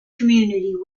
community